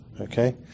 Okay